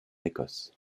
écosse